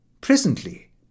Presently